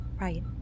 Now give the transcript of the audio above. right